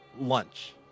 lunch